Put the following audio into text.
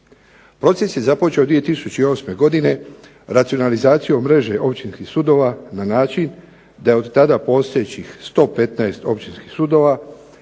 Proces je započeo 2008. godine racionalizacijom mreže općinskih sudova na način da je od tada postojećih 115 općinskih sudova